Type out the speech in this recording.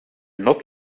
not